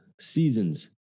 seasons